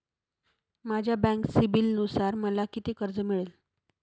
माझ्या बँक सिबिलनुसार मला किती कर्ज मिळेल?